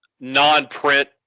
non-print